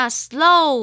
slow